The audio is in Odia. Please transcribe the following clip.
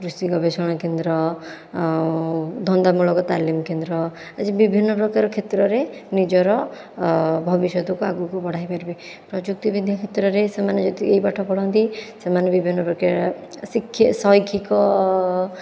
କୃଷି ଗବେଷଣା କେନ୍ଦ୍ର ଆଉ ଧନ୍ଦାମୂଳକ ତାଲିମ କେନ୍ଦ୍ର ଆଜି ବିଭିନ୍ନ ପ୍ରକାର କ୍ଷେତ୍ରରେ ନିଜର ଭବିଷ୍ୟତକୁ ଆଗକୁ ବଢ଼ାଇପାରିବେ ପ୍ରଯୁକ୍ତି ବିଦ୍ୟା କ୍ଷେତ୍ରରେ ସେମାନେ ଯଦି ଏହି ପାଠ ପଢ଼ନ୍ତି ସେମାନେ ବିଭିନ୍ନ ପ୍ରକାର ଶିକ୍ଷା ଶୈକ୍ଷିକ